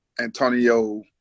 Antonio